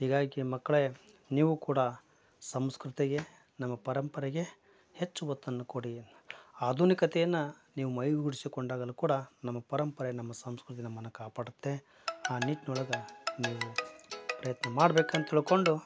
ಹೀಗಾಗಿ ಮಕ್ಕಳೆ ನೀವು ಕೂಡ ಸಂಸ್ಕೃತಿಗೆ ನಮ್ಮ ಪರಂಪರೆಗೆ ಹೆಚ್ಚು ಒತ್ತನ್ನು ಕೊಡಿ ಆಧುನಿಕತೆಯನ್ನ ನೀವು ಮೈಗೂಡಿಸಿಕೊಂಡಾಗಲು ಕೂಡ ನಮ್ಮ ಪರಂಪರೆ ನಮ್ಮ ಸಂಸ್ಕೃತಿ ನಮ್ಮನ್ನ ಕಾಪಾಡತ್ತೆ ಆ ನಿಟ್ನೊಳಗೆ ನೀವು ಪ್ರಯತ್ನ ಮಾಡ್ಬೇಕು ಅಂತೇಳ್ಕೊಂಡು